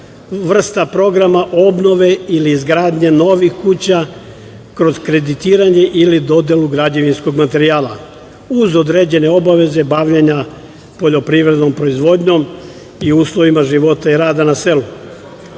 vrsta programa obnove ili izgradnje novih kuća kroz kreditiranje ili dodelu građevinskog materijala uz određene obaveze bavljenja poljoprivrednom proizvodnjom i uslovima života i rada na selu.